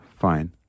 fine